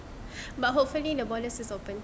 but hopefully the border is open